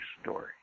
story